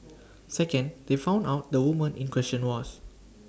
second they found out the woman in question was